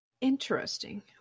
Interesting